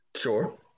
Sure